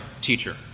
teacher